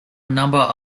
number